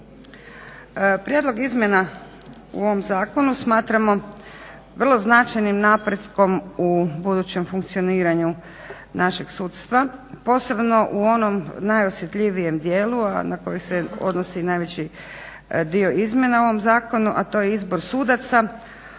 Prijedlog izmjena u ovom zakonu smatramo vrlo značajnim napretkom u budućem funkcioniranju našeg sudstva, posebno u onom najosjetljivijem dijelu, a na koji se odnosi najveći dio izmjena u ovom zakonu, a to je izbor sudaca